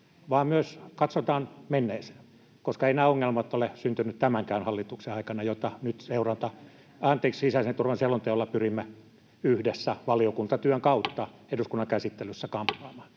vaan myös katsotaan menneeseen, koska eivät nämä ongelmat ole syntyneet tämänkään hallituksen aikana, ja näitä nyt sisäisen turvallisuuden selonteolla pyrimme yhdessä valiokuntatyön kautta eduskunnan käsittelyssä kamppaamaan.